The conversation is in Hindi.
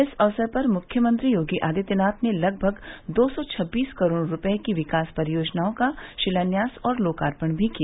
इस अवसर पर मुख्यमंत्री योगी आदित्यनाथ ने लगभग दो सौ छब्बीस करोड़ रूपये की विकास परियोजनाओं का शिलान्यास और लोकापर्ण भी किया